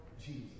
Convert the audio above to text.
Jesus